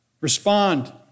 Respond